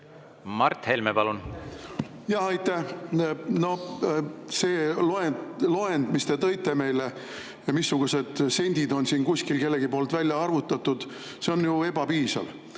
Mart Helme, palun! Aitäh! No see loend, mis te tõite meile, missugused sendid on kuskil kellegi poolt välja arvutatud, on ju ebapiisav.